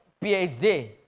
PhD